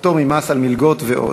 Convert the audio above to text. פטור ממס על מלגות ועוד.